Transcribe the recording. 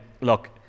look